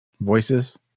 voices